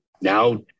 now